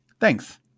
Thanks